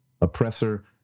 Oppressor